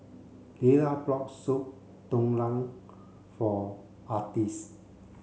Lila bought Soup Tulang for Artis